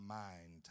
mind